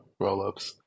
rollups